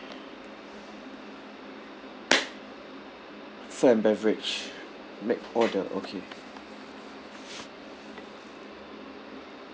food and beverage make order okay